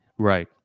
Right